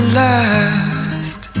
last